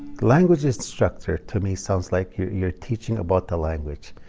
language instructor to me sounds like you're you're teaching about the language.